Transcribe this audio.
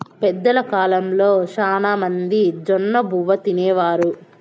పెద్దల కాలంలో శ్యానా మంది జొన్నబువ్వ తినేవారు